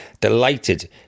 Delighted